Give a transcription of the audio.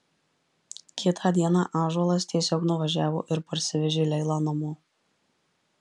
kitą dieną ąžuolas tiesiog nuvažiavo ir parsivežė leilą namo